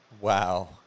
wow